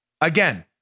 again